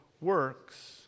works